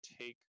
take